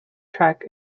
track